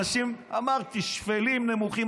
אנשים, אמרתי, שפלים, נמוכים.